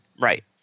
Right